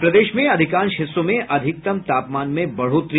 और प्रदेश में अधिकांश हिस्सों में अधिकतम तापमान में बढ़ोतरी